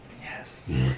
Yes